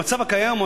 במצב הקיים,